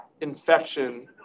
infection